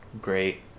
great